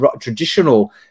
traditional